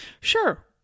Sure